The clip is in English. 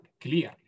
clearly